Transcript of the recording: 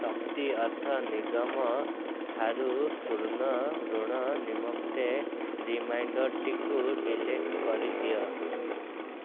ଶକ୍ତି ଅର୍ଥ ନିଗମ ଠାରୁ ସ୍ଵର୍ଣ୍ଣ ଋଣ ନିମନ୍ତେ ରିମାଇଣ୍ଡର୍ଟିକୁ ଡିଲିଟ୍ କରିଦିଅ